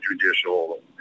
judicial